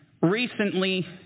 recently